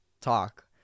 talk